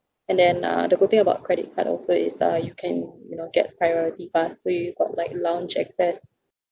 and then uh the good thing about credit card also is uh you can you know get priority pass so you got like lounge access